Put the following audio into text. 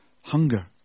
hunger